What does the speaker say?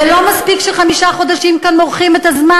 לא מספיק שחמישה חודשים כאן מורחים את הזמן?